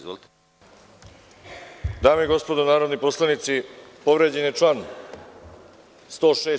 Dame i gospodo narodni poslanici, povređen je član 106.